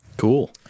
Cool